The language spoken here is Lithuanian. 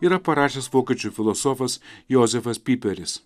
yra parašęs vokiečių filosofas jozefas pyperis